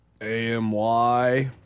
A-M-Y